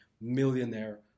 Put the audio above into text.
millionaire